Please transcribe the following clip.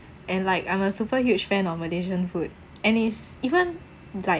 and like I'm a super huge fan on malaysian food and it's even like